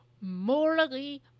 morally